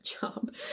job